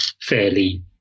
fairly